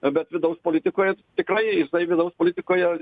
bet vidaus politikoje tikrai jisai vidaus politikoje